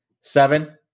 Seven